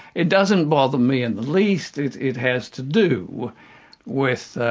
it doesn't bother me in the least, it it has to do with